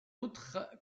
autre